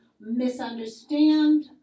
misunderstand